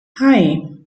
hei